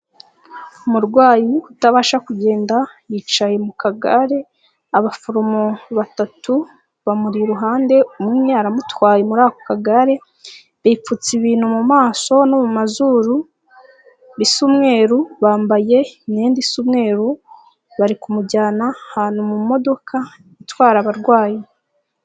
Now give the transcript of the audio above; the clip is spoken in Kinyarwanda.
Umurwayi utabasha kugenda yicaye mu kagare, abaforomo batatu bamuri iruhande, umwe amutwaye mu kagare, bipfutse ibintu mu maso no mu mazuru bisa umweru, bambaye imyenda isa umweru, bari kumujyana ahantu mu modoka itwara abarwayi.